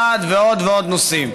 לסעד ולעוד ועוד נושאים.